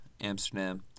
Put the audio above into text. Amsterdam